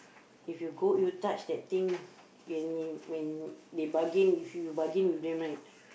if you go you touch that thing when you when they bargain with you you bargain with them right